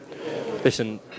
Listen